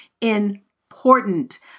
important